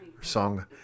song